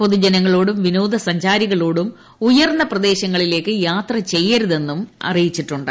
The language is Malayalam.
പൊതുജനങ്ങളോടും വിനോദസഞ്ചാരികളോടും ഉയർന്ന പ്രദേശങ്ങളിലേക്ക് യാത്ര ചെയ്യരുതെന്നുനിർദ്ദേശമുണ്ട്